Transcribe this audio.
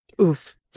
Oof